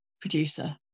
producer